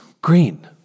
Green